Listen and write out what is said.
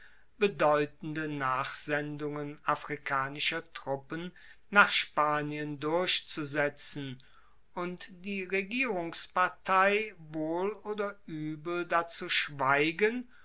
bedeutende nachsendungen afrikanischer truppen nach spanien durchzusetzen und die regierungspartei wohl oder uebel dazu schweigen